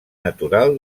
natural